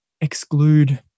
exclude